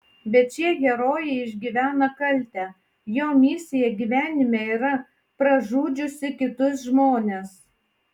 bet šie herojai išgyvena kaltę jo misija gyvenime yra pražudžiusi kitus žmones